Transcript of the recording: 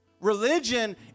Religion